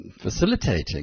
facilitating